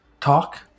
talk